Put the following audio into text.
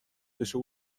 بشه